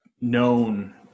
known